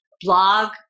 blog